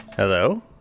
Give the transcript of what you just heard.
Hello